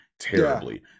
terribly